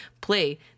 play